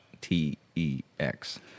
T-E-X